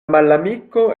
malamiko